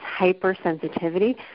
hypersensitivity